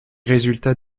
résultats